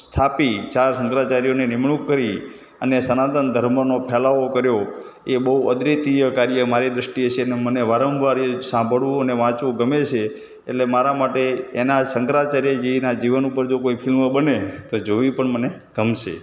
સ્થાપી ચાર શંકરાચાર્યની નિમણૂંક કરી અને સનાતન ધર્મનો ફેલાવો ક્યો એ બહુ અદ્વિતીય કાર્ય મારી દૃષ્ટિએ છે અને મને વારંવાર એ સાંભળવું અને વાંચવું ગમે છે એટલે મારા માટે એના શંકરાચાર્યજીનાં જીવન ઉપર જો કોઈ ફિલ્મ બને તો જોવી પણ મને ગમશે